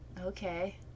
Okay